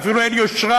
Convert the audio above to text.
ואפילו אין יושרה,